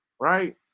right